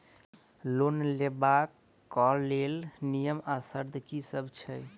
Loan लेबऽ कऽ लेल नियम आ शर्त की सब छई?